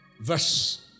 verse